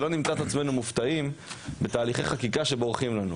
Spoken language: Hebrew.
שלא נמצא את עצמנו מופתעים בתהליכי חקיקה שבורחים לנו.